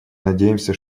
надеемся